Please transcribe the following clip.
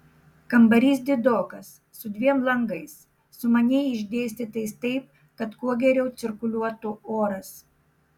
kambarys didokas su dviem langais sumaniai išdėstytais taip kad kuo geriau cirkuliuotų oras